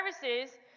services